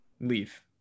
Leave